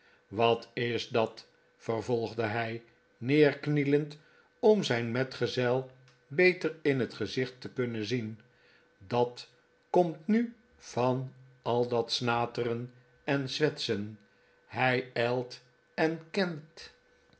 wat is dat vervolgde hij neerknielend om zijn metgezel beter in het gezicht te kunnen zien dat komt nu van al dat snateren en zwetsen hij ijlt en kent